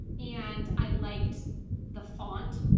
and i liked the font.